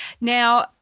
Now